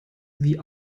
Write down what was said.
wie